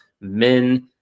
men